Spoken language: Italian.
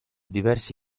diversi